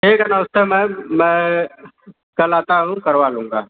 ठीक है नमस्ते मैम मैं कल आता हूँ करवा लूँगा